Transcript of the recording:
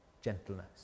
gentleness